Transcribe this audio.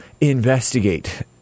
investigate